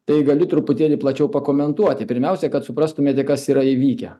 tai galiu truputėlį plačiau pakomentuoti pirmiausia kad suprastumėte kas yra įvykę